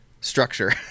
structure